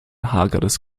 hageres